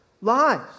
lies